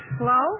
Hello